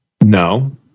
no